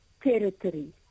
territory